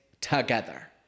together